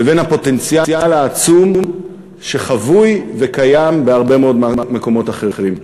לבין הפוטנציאל העצום שחבוי וקיים בהרבה מאוד מקומות אחרים.